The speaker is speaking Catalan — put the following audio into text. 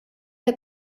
que